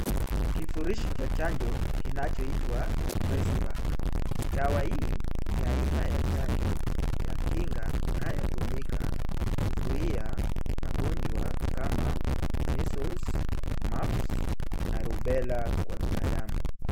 Kifurushi cha chanjo kinachoitwa Tresivac . Dawa hii ni aina ya chanjo ya kinga inayotumika kuzuia magonjwa kama measles, mumps na rubela kwa binadamu.